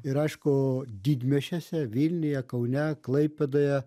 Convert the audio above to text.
ir aišku didmiesčiuose vilniuje kaune klaipėdoje